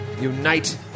Unite